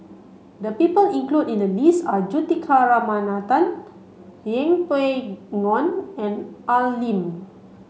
the people included in the list are Juthika Ramanathan Yeng Pway Ngon and Al Lim